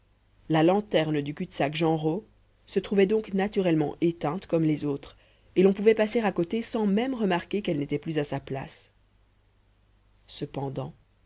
la lanterne du cul-de-sac genrot se trouvait donc naturellement éteinte comme les autres et l'on pouvait passer à côté sans même remarquer qu'elle n'était plus à sa place cependant